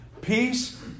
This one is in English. Peace